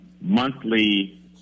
monthly